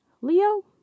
Leo